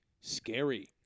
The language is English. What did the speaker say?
scary